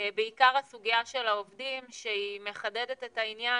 בעיקר הסוגיה של העובדים שהיא מחדדת את העניין,